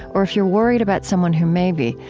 or if you're worried about someone who may be,